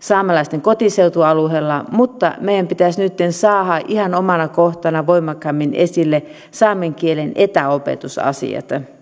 saamelaisten kotiseutualueella mutta meidän pitäisi nytten saada ihan omana kohtana voimakkaammin esille saamen kielen etäopetusasiat